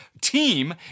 team